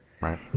right